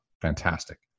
fantastic